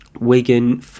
Wigan